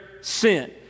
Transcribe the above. sin